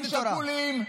-- לרבנים שכולים,